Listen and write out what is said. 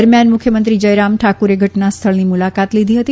દરમ્યાન મુખ્યમંત્રી જયરામ ઠાકુરે ઘટનાસ્થળની મુલાકાત લીધી હતી